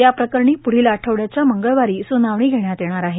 याप्रकरणी पुढील आठवड्याच्या मंगळवारी सुनावणी घेण्यात येणार आहे